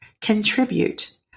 contribute